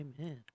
Amen